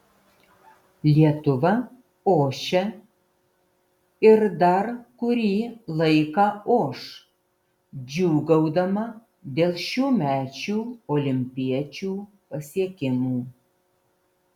lietuva ošia ir dar kurį laiką oš džiūgaudama dėl šiųmečių olimpiečių pasiekimų